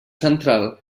central